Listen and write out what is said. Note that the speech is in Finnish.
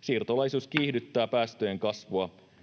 Siirtolaisuus kiihdyttää päästöjen kasvua,